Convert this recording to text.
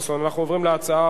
אנחנו עוברים להצעה הבאה: